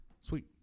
Sweet